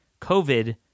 COVID